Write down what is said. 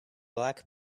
black